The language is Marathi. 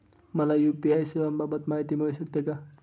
मला यू.पी.आय सेवांबाबत माहिती मिळू शकते का?